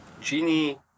Genie